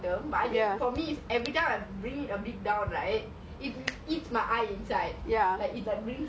but I see people do like thick eyeliner at the bottom but I it's for me every time I